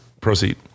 Proceed